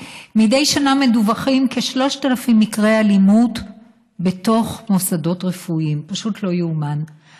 בנושא: מיגור אלימות כלפי צוותים רפואיים ומינהליים במערכת הבריאות,